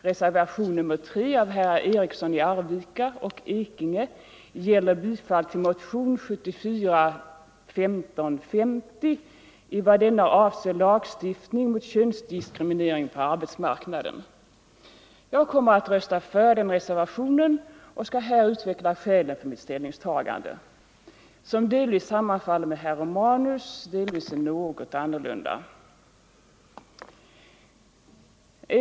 Reservationen 3 av herrar Eriksson i Arvika och Ekinge gäller bifall till motionen 1974:1550, i vad denna avser lagstiftning mot könsdiskriminering på arbetsmarknaden. Jag kommer att rösta för denna reservation och skall här utveckla skälen för mitt ställningstagande, som delvis sammanfaller med herr Romanus", delvis är något annorlunda.